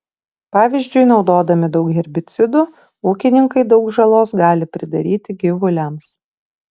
pavyzdžiui naudodami daug herbicidų ūkininkai daug žalos gali pridaryti gyvuliams